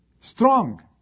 strong